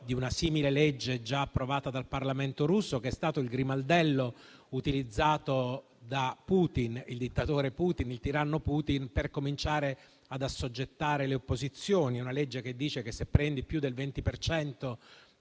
di una simile legge già approvata dal Parlamento russo, che è stato il grimaldello utilizzato da Putin, il dittatore e tiranno Putin, per cominciare ad assoggettare le opposizioni; è una legge che dice che se prendi più del 20